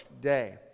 day